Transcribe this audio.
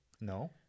No